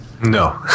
No